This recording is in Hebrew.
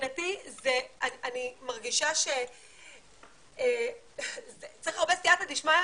מבחינתי אני מרגישה שצריך הרבה סיעתא דשמיא,